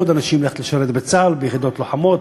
אנשים ללכת לשרת בצה"ל הרבה מאוד שנים ביחידות לוחמות,